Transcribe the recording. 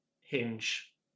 hinge